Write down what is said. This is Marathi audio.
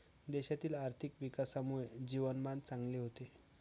देशातील आर्थिक विकासामुळे जीवनमान चांगले होते